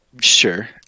Sure